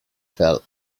fell